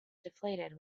deflated